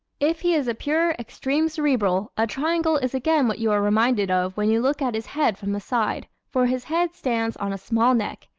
if he is a pure, extreme cerebral a triangle is again what you are reminded of when you look at his head from the side, for his head stands on a small neck,